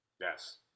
Yes